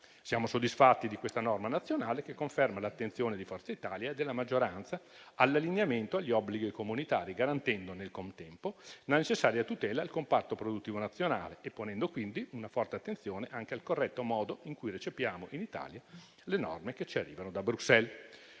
Siamo soddisfatti di questa norma nazionale, che conferma l'attenzione di Forza Italia e della maggioranza all'allineamento agli obblighi comunitari, garantendo nel contempo la necessaria tutela del comparto produttivo nazionale e ponendo quindi una forte attenzione anche al corretto modo in cui recepiamo in Italia le norme che ci arrivano da Bruxelles.